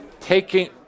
taking –